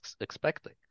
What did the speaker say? expecting